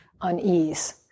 unease